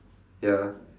ya